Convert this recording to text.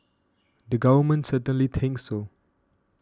the government certainly thinks so